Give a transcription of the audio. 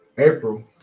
April